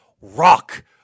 rock